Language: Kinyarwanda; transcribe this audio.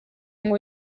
ngo